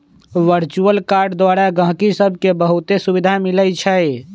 virtual card द्वारा गहकि सभके बहुते सुभिधा मिलइ छै